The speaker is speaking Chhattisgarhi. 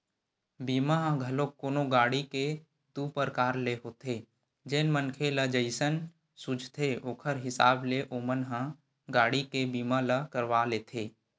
बीमा ह घलोक कोनो गाड़ी के दू परकार ले होथे जेन मनखे ल जइसन सूझथे ओखर हिसाब ले ओमन ह गाड़ी के बीमा ल करवा लेथे